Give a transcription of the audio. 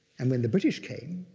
and when the british came,